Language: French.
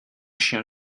chien